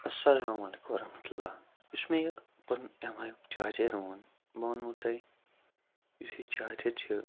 اَلسلامُ علیکُم وَرحمتہ اللہ یُس مےٚ یہِ پَنُن اٮ۪م آی یُک چارجَر اوٚن بہٕ وَنمو تۄہہِ یُس یہِ چارجَر چھِ